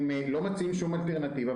הם לא מציעים שום אלטרנטיבה.